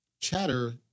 Chatter